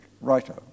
writer